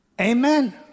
Amen